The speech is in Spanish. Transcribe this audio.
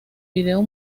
video